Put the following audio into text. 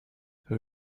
who